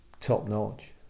top-notch